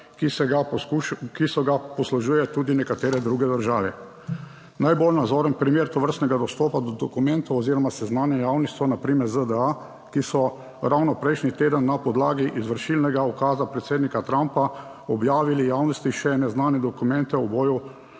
ki se ga poslužujejo tudi nekatere druge države. Najbolj nazoren primer tovrstnega dostopa do dokumentov oziroma seznanja javni so na primer ZDA, ki so ravno prejšnji teden na podlagi izvršilnega ukaza predsednika Trumpa objavili javnosti še neznane dokumente o uboju